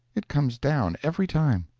it comes down, every time.